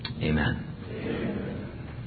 Amen